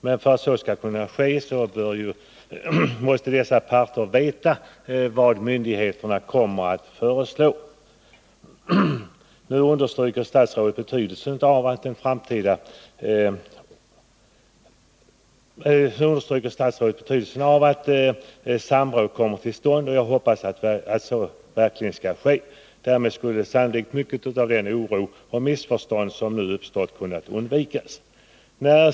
Men för att så skall kunna ske måste dessa parter veta vad myndigheterna kommer att föreslå. Nu understryker statsrådet betydelsen av att samråd kommer till stånd, och jag hoppas att så verkligen skall ske. Därmed skulle sannolikt mycket av den oro och de missförstånd som uppstått kunna undvikas.